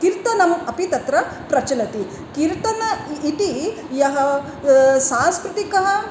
कीर्तनम् अपि तत्र प्रचलति कीर्तनम् इति यः सांस्कृतिकः